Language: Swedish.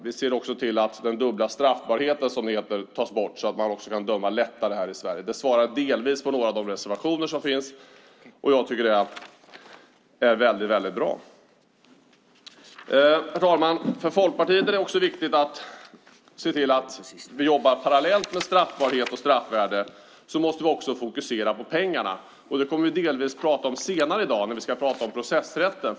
Vi ser till att den dubbla straffbarheten tas bort så att man kan döma lättare här i Sverige. Det svarar delvis mot vad som anförs i några av reservationerna, och jag tycker att det är väldigt bra. Herr talman! För Folkpartiet är det viktigt att vi parallellt med straffbarhet och straffvärde fokuserar på pengarna. Det kommer vi att prata om senare i dag då vi ska prata om processrätten.